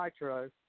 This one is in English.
Nitro